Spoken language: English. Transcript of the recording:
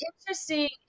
interesting